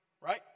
Right